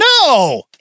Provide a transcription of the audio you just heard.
No